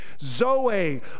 Zoe